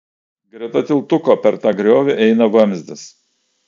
greta tiltuko per tą griovį eina vamzdis